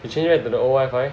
you change back to the old wifi